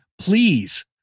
please